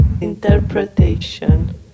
Interpretation